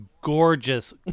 gorgeous